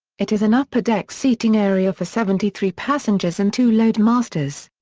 it has an upper deck seating area for seventy three passengers and two loadmasters.